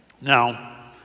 Now